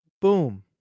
boom